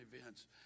events